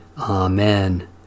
Amen